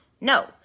No